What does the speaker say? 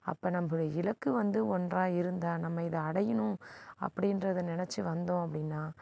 அப்போ நம்ப இலக்கு வந்து ஒன்றாக இருந்தால் நம்ம இதை அடையணும் அப்படின்றதை நினச்சி வந்தோம் அப்படின்னா